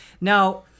Now